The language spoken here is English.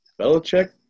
Belichick